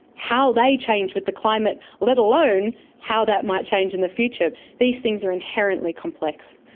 how they change with the climate, let alone how that might change in the future. these things are inherently complex.